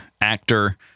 actor